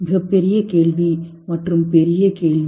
மிகப்பெரிய கேள்வி மற்றும் பெரிய கேள்வி